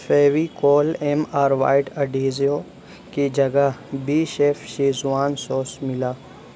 Fevicol M R white adhesive کی جگہ بیشیف شیزوان سوس ملا